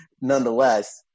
nonetheless